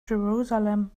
jerusalem